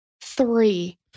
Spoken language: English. Three